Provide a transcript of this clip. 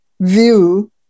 view